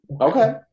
Okay